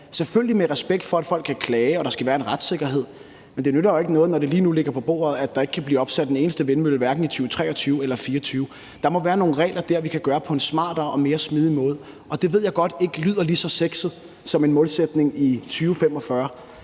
selvfølgelig med respekt for at folk kan klage, og at der skal være en retssikkerhed. Men det nytter jo ikke noget, når det lige nu ligger på bordet, at der ikke kan blive opsat en eneste vindmølle i hverken 2023 eller 2024. Der må være nogle regler der, vi kan indrette på en smartere og mere smidig måde. Det ved jeg godt ikke lyder lige så sexet som en målsætning i 2045.